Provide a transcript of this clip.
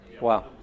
Wow